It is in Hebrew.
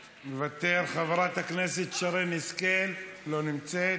מוותר, חברת הכנסת שרן השכל, לא נמצאת,